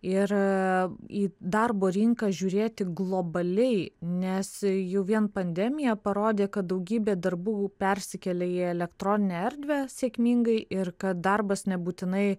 ir į darbo rinką žiūrėti globaliai nes jau vien pandemija parodė kad daugybė darbų persikėlė į elektroninę erdvę sėkmingai ir kad darbas nebūtinai